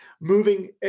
moving